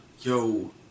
Yo